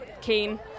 keen